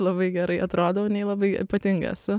labai gerai atrodau nei labai ypatinga esu